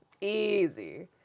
easy